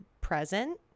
present